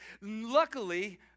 Luckily